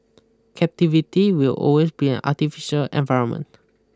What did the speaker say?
captivity will always be an artificial environment